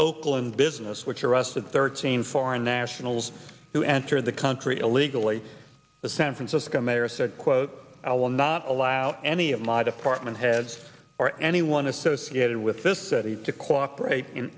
oakland business which arrested thirteen foreign nationals who entered the country illegally the san francisco mayor said quote i will not allow any of my department heads or anyone associated with this city to cooperate in